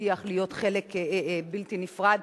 הבטיח להיות חלק בלתי נפרד,